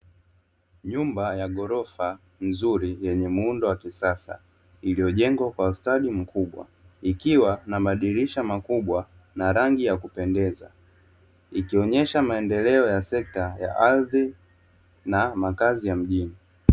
Nyumba ya ghorofa nzuri yenye muundo wa kisasa iliyojengwa kwa ustadi mkubwa likiwa na madirisha makubwa na rangi ya kupendeza ikionesha maendeleo ya sekta ya ardhi na makazi ya mjini.